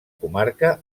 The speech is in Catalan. comarca